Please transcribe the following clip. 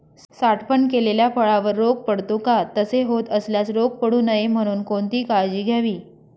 साठवण केलेल्या फळावर रोग पडतो का? तसे होत असल्यास रोग पडू नये म्हणून कोणती काळजी घ्यावी?